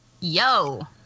yo